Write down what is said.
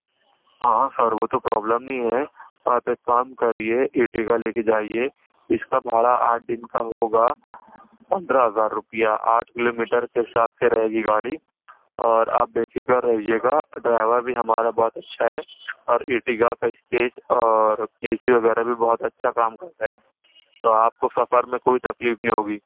ہاں ہاں سر وہ تو پرابلم نہیں ہے آپ ایک کام کریے ارٹگا لے کر جائیے اس کا بھاڑا آٹھ دن کا ہوگا پندرہ ہزار روپیہ آٹھ کلو میٹر کے حساب سے رہے گی گاڑی اور آپ بے فکر رہیے گا ڈرائیور بھی ہمارا بہت اچھا ہے اور ارٹگا کا اسپیس اور اے سی وغیرہ بھی بہت اچھا کام کرتا ہے تو آپ کو سفر میں کوئی تکلیف نہیں ہوگی